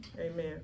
Amen